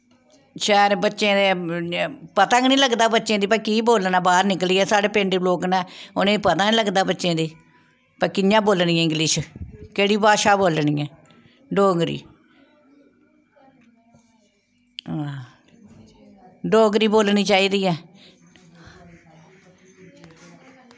शैह्र बच्चें दे पता गै निं लगदा बच्चे गी भला की बोलना बाह्र निकलियै साढ़े पेंडू लोक न उ'नेंगी पता निं लगदा बच्चें गी भाई कि'यां बोलनी ऐ इंगलिश केह्ड़ी भाशा बोलनी ऐ डोगरी हां डोगरी बोलनी चाहिदी ऐ